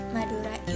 Madura